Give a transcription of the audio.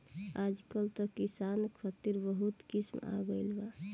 आजकल त किसान खतिर बहुत स्कीम आ गइल बा